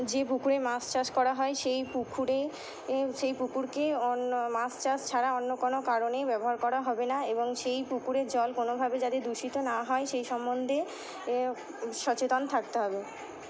যে পুকুরে মাছ চাষ করা হয় সেই পুকুরে সেই পুকুরকে অন্য মাছ চাষ ছাড়া অন্য কোনো কারণেই ব্যবহার করা হবে না এবং সেই পুকুরের জল কোনোভাবে যাতে দূষিত না হয় সেই সম্বন্ধে সচেতন থাকতে হবে